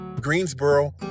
Greensboro